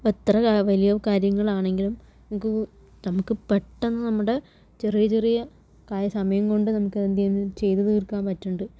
എത്ര വലിയ കാര്യങ്ങൾ ആണെങ്കിലും നമുക്ക് പെട്ടെന്ന് നമ്മുടെ ചെറിയ ചെറിയ കാര്യ സമയം കൊണ്ട് നമുക്ക് എന്ത് ചെയ്യാൻ ചെയ്തു തീർക്കാൻ പറ്റുന്നുണ്ട്